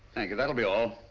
thank you. that will be all.